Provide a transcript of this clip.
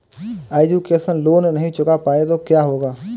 Education loan नहीं चुका पाए तो क्या होगा?